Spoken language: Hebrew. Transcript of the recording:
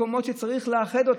מקומות שצריכים לאחד אותנו,